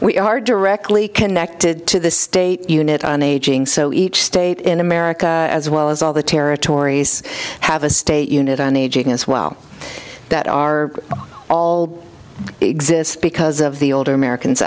we are directly connected to the state unit on aging so each state in america as well as all the territories have a state unit on aging as well that are all exist because of the older americans